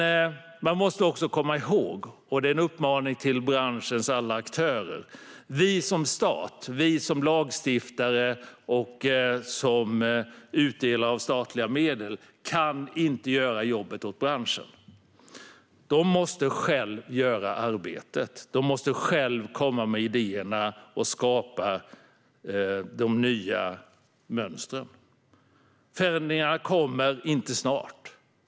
Man måste också komma ihåg, och det är en uppmaning till branschens alla aktörer, att vi som stat, lagstiftare och utdelare av statliga medel inte kan göra jobbet åt branschen. Den måste själv göra arbetet. Den måste själv komma med idéerna och skapa de nya mönstren. Förändringarna kommer inte snart.